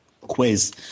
quiz